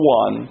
one